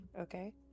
Okay